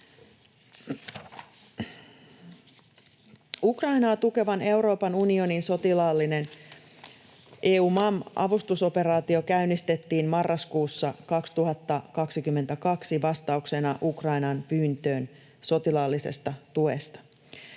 Ukrainaa tukevan Euroopan unionin sotilaallinen EUMAM-avustusoperaatio käynnistettiin marraskuussa 2022 vastauksena Ukrainan pyyntöön sotilaallisesta tuesta.